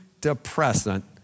depressant